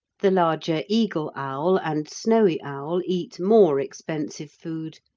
the larger eagle-owl, and snowy owl eat more expensive food,